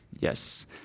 Yes